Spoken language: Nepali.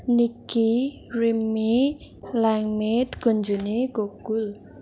निक्की रिम्मी ल्याङमित कुन्जनी कुक्कुल